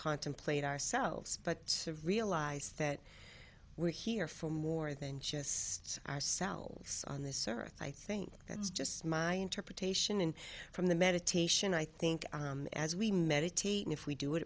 contemplate ourselves but realize that we're here for more than just ourselves on this earth i think that's just my interpretation and from the meditation i think as we meditate if we do it